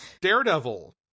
Daredevil